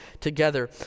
together